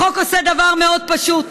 החוק עושה דבר מאוד פשוט: